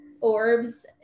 orbs